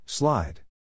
Slide